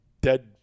dead